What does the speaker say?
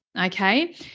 okay